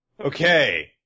okay